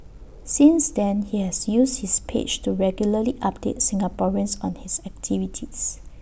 since then he has used his page to regularly update Singaporeans on his activities